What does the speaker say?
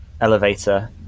elevator